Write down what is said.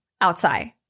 outside